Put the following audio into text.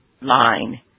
line